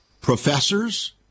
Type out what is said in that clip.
professors